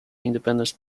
independence